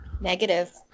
Negative